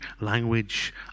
language